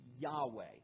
Yahweh